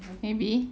maybe